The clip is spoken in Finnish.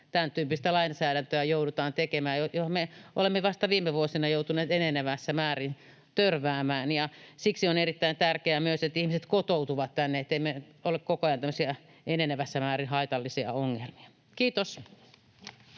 tämäntyyppistä lainsäädäntöä joudutaan tekemään, johon me olemme vasta viime vuosina joutuneet enenevässä määrin törmäämään. Siksi on erittäin tärkeää myös, että ihmiset kotoutuvat tänne, ettei ole koko ajan enenevässä määrin tämmöisiä haitallisia ongelmia. — Kiitos.